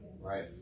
Right